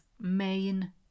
main